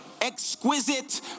exquisite